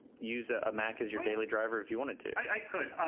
use a mac as your daily driver if you wanted to? i could.